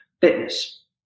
fitness